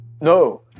No